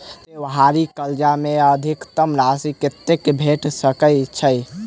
त्योहारी कर्जा मे अधिकतम राशि कत्ते भेट सकय छई?